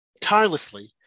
tirelessly